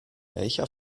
welcher